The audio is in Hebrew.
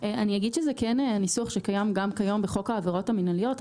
זה כן ניסוח שקיים כיום בחוק העבירות המינהליות.